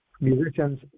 musicians